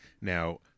Now